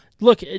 Look